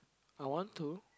I want to